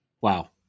Wow